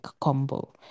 combo